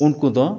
ᱩᱱᱠᱩᱫᱚ